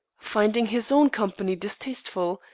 finding his own company distasteful,